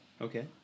Okay